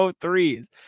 threes